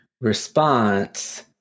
response